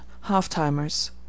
half-timers